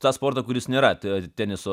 tą sportą kuris nėra teniso